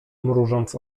mrużąc